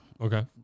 Okay